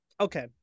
okay